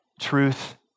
truth